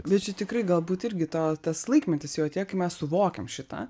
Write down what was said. bet čia tikrai galbūt irgi to tas laikmetis jau atėjo kai mes suvokiam šitą